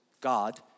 God